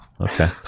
Okay